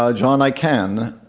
ah john, i can.